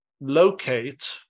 locate